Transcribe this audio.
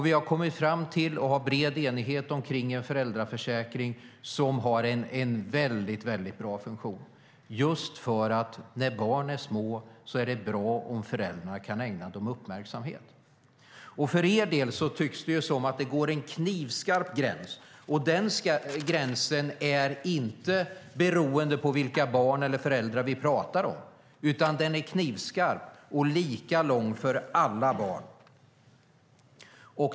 Vi har kommit fram till och har en bred enighet om en föräldraförsäkring som har en väldigt bra funktion just för att när barn är små är det bra om föräldrarna kan ägna dem uppmärksamhet. För er del tycks det som att det går en knivskarp gräns, och den gränsen är inte beroende av vilka barn eller föräldrar som vi pratar om, utan gränsen är knipskarp och lika lång för alla barn.